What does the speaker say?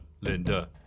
Linda